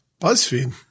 Buzzfeed